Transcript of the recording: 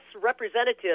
representative